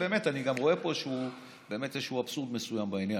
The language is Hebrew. אני גם רואה פה איזשהו אבסורד מסוים בעניין.